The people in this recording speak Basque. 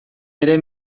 ere